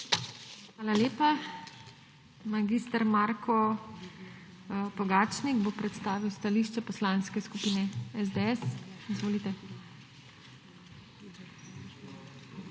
Hvala lepa. Mag. Marko Koprivc bo predstavil stališče Poslanske skupine SD. Izvolite.